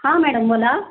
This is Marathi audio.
हां मॅडम बोला